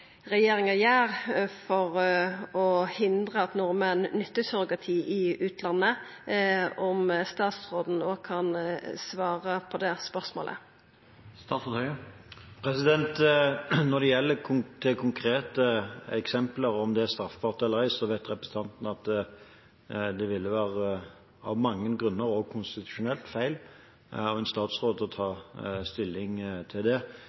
regjeringa gjer for å hindra at nordmenn nyttar surrogati i utlandet. Kan statsråden svara på det spørsmålet òg? Når det gjelder om det konkrete eksemplet er straffbart eller ei, vet representanten Toppe at det av mange grunner – også konstitusjonelt – ville være feil av en statsråd å ta stilling til det.